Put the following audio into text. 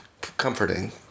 comforting